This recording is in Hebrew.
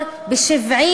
מחסור ב-200 בתי-ספר.